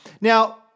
Now